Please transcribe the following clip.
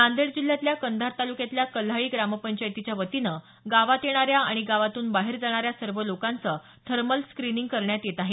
नांदेड जिल्ह्यातल्याच कंधार तालुक्यातल्या कल्हाळी ग्रामपंचायतीच्या वतीनं गावात येणाऱ्या आणि गावातून बाहेर जाणाऱ्या सर्व लोकांचं थर्मल स्क्रिनिंग करण्यात येणार आहे